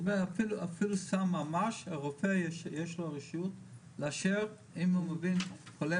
אפילו סם ממש אירופאי שיש לו רשות לאשר אם הוא מביא חולה